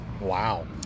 Wow